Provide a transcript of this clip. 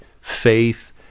faith